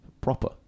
Proper